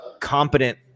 competent